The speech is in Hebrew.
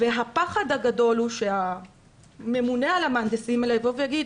הפחד הגדול הוא שהממונה על המהנדסים האלה יבוא ויגיד